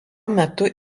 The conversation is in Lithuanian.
metu